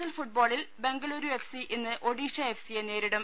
L ഫുട്ബോളിൽ Bengaluru F C ഇന്ന് Odisha F സിയെ നേരിടും